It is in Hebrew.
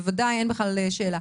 בוודאי, אין בכלל שאלה.